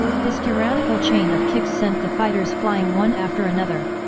his tyrannical chain of kicks sent the fighters flying one after another.